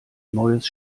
neues